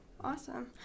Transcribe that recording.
Awesome